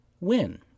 win